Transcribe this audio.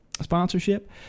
sponsorship